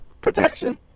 protection